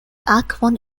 akvon